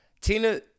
Tina